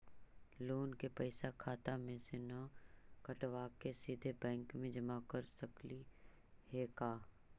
Loan के पैसा खाता मे से न कटवा के सिधे बैंक में जमा कर सकली हे का?